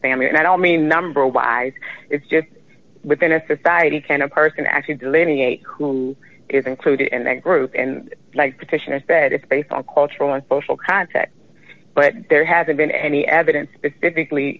family and i don't mean number wise it's just within a society can a person actually delineate who is included in that group and like petitioners that it's based on cultural and social contact but there haven't been any evidence specifically